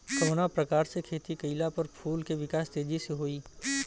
कवना प्रकार से खेती कइला पर फूल के विकास तेजी से होयी?